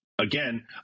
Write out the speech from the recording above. again